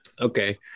okay